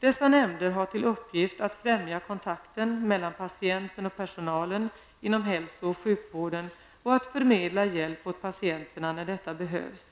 Dessa nämnder har till uppgift att främja kontakten mellan patienten och personalen inom hälso och sjukvården och att förmedla hjälp åt patienterna, när detta behövs.